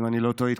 אם אני לא טועה,